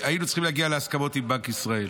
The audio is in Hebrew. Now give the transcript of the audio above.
היינו צריכים להגיע להסכמות עם בנק ישראל.